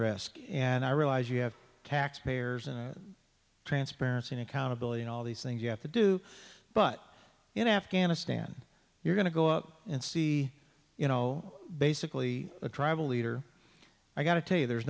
risk and i realize you have taxpayers and transparency accountability and all these things you have to do but in afghanistan you're going to go out and see you know basically a tribal leader i got to tell you there's